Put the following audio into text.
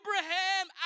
Abraham